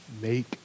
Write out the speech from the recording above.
make